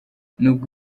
nubwo